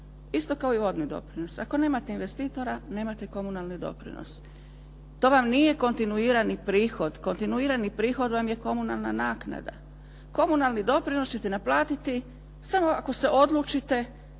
isto kao i vodni doprinos. Ako nemate investitora, nemate komunalne doprinose. To vam nije kontinuirani prihod. Kontinuirani prihod vam je komunalna naknada. Komunalni doprinos ćete naplatiti samo ako se odlučite